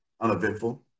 uneventful